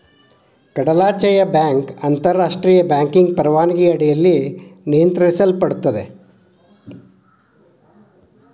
ಕಡಲಾಚೆಯ ಬ್ಯಾಂಕ್ ಅಂತಾರಾಷ್ಟ್ರಿಯ ಬ್ಯಾಂಕಿಂಗ್ ಪರವಾನಗಿ ಅಡಿಯಲ್ಲಿ ನಿಯಂತ್ರಿಸಲ್ಪಡತ್ತಾ